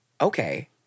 Okay